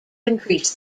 increase